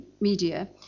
Media